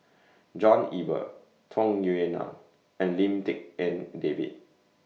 John Eber Tung Yue Nang and Lim Tik En David